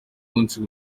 munsi